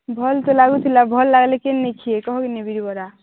ଭଲ ତ ଲାଗୁଥିଲା ଭଲ ଲାଗିଲେ କିନ କି କହିନି ପରା